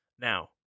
now